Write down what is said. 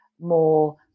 more